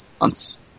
months